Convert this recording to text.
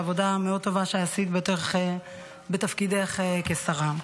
על עבודה מאוד טובה שעשית בהיותך בתפקידך כשרה.